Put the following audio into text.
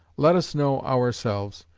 let us know ourselves,